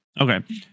Okay